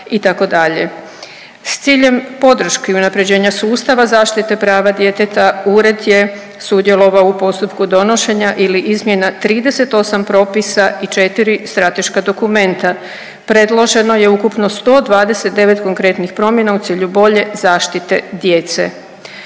S ciljem podrške i unapređenja sustava zaštite prava djeteta Ured je sudjelovao u postupku donošenja ili izmjena 38 propisa i 4 strateška dokumenta. Predloženo je ukupno 129 konkretnih promjena u cilju bolje zaštite djece.